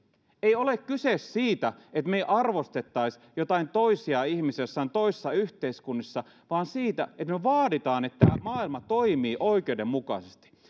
ei ole kyse siitä että me emme arvostaisi joitain toisia ihmisiä joissain toisissa yhteiskunnissa vaan siitä että me vaadimme että tämä maailma toimii oikeudenmukaisesti